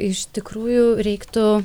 iš tikrųjų reiktų